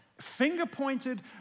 finger-pointed